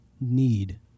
need